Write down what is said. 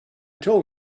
told